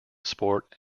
sport